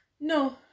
No